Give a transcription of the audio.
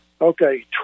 Okay